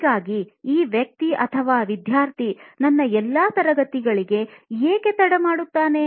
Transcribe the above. ಹಾಗಾದರೆ ಈ ವ್ಯಕ್ತಿ ವಿದ್ಯಾರ್ಥಿ ನನ್ನ ಎಲ್ಲಾ ತರಗತಿಗಳಿಗೆ ಏಕೆ ತಡ ಮಾಡುತ್ತಾನೆ